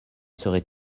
serez